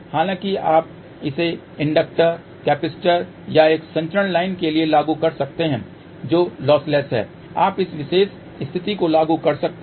हालांकि आप इसे इंडक्टर कपैसिटर या एक संचरण लाइन के लिए लागू कर सकते हैं जो लॉसलेस है आप इस विशेष स्थिति को लागू कर सकते हैं